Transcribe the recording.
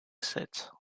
set